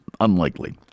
unlikely